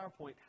PowerPoint